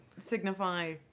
signify